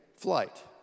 flight